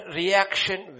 reaction